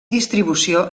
distribució